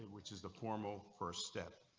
which is the formal for a step.